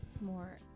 more